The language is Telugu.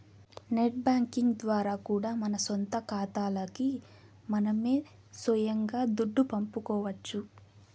నెట్ బ్యేంకింగ్ ద్వారా కూడా మన సొంత కాతాలకి మనమే సొయంగా దుడ్డు పంపుకోవచ్చు